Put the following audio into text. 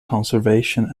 conservation